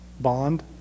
bond